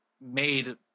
made